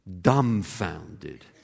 Dumbfounded